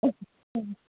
ꯎꯝ